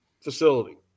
facility